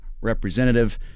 representative